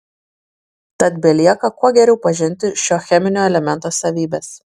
tad belieka kuo geriau pažinti šio cheminio elemento savybes